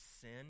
sin